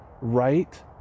right